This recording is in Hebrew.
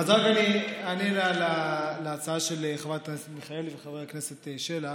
אני אענה להצעה של חברת הכנסת מיכאלי וחבר הכנסת שלח.